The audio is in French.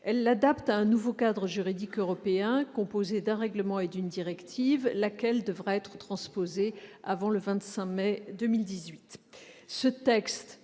de 1978 à un nouveau cadre juridique européen composé d'un règlement et d'une directive, laquelle devra être transposée avant le 25 mai 2018.